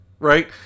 Right